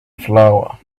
flower